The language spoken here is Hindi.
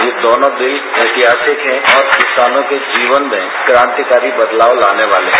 ये दोनों बिल ऐतिहासिक है और किसानों के जीवन में क्रांतिकारी बदलाव लाने वाले हैं